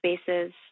spaces